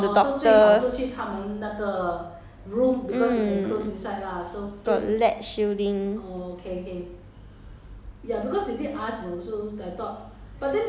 the radiation to other the nurses other patient the doctors mm got lead shielding